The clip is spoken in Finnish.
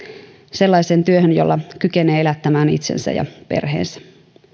sellaiseen työhön jolla kykenee elättämään itsensä ja perheensä